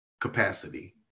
capacity